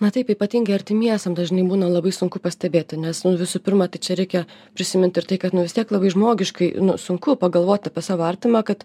na taip ypatingai artimiesiem dažnai būna labai sunku pastebėti nes visų pirma tai čia reikia prisimint ir tai kad nu vis tiek labai žmogiškai sunku pagalvot apie savo artimą kad